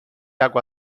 água